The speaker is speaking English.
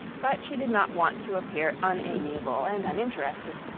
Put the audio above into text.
but she did not want to appear unamiable and uninterested,